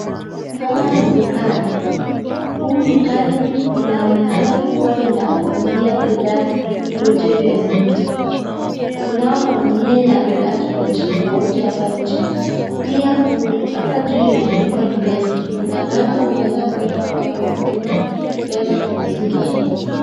Hapa ni dukani. Humu dukani inaonekana inaonekana kuwa ni ya kuuzia bidhaa vyote vya nyumba. Kunao magunia ya bidhaa tofauti tofauti hapa nje. Pia kuna, hapa juu imeandikwa M Pesa ,inamaana unaweza kuenda kutoa ama kutuma pesa kwenye duka hii.